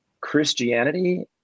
Christianity